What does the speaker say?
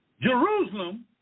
Jerusalem